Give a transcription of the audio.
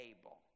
able